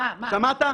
תודה.